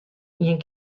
ien